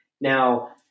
Now